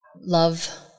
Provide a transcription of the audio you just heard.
love